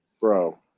Bro